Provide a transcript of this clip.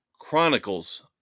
Chronicles